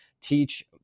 teach